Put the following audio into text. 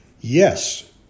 Yes